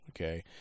okay